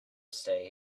stay